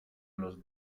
los